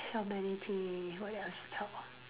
what else to talk